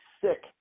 sick